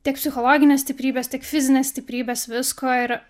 tiek psichologinės stiprybės tiek fizinės stiprybės visko ir